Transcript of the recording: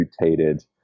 mutated